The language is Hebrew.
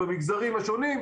במגזרים השונים,